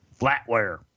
Flatware